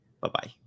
Bye-bye